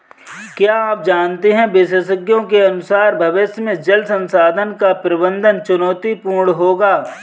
क्या आप जानते है विशेषज्ञों के अनुसार भविष्य में जल संसाधन का प्रबंधन चुनौतीपूर्ण होगा